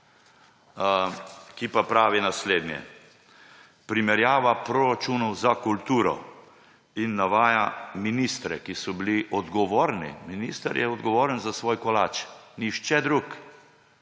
ki pa pravi naslednje: Primerjava proračunov za kulturo. In navaja ministre, ki so bili odgovorni. Minister je odgovoren za svoj kolač, nihče drug.